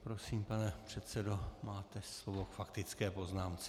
Prosím, pane předsedo, máte slovo k faktické poznámce.